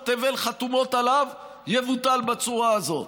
תבל חתומות עליו יבוטל בצורה הזאת.